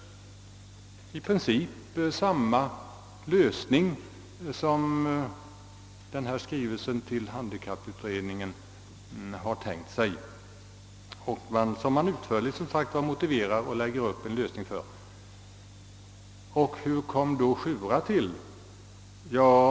I denna skrivelse till handikapputredningen har man tänkt sig en i princip liknande lösning, vilken också utförligt motiverats. Och hur kom då SJURA till?